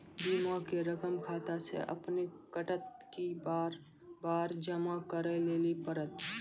बीमा के रकम खाता से अपने कटत कि बार बार जमा करे लेली पड़त?